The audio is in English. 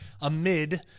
amid